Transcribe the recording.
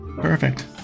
Perfect